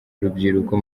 urubyiruko